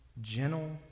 gentle